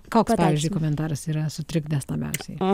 koks pavyzdžiui komentaras yra sutrikdęs labiausiai